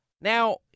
Now